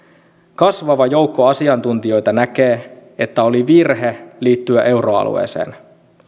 kasvava joukko asiantuntijoita näkee että oli virhe liittyä euroalueeseen